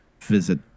visit